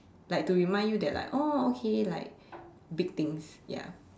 like to remind you that like oh okay like big things ya